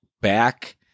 back